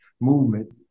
movement